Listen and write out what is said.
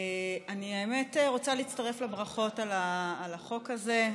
האמת, אני רוצה להצטרף לברכות על החוק הזה.